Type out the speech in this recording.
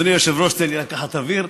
אדוני היושב-ראש, תן לי לקחת אוויר.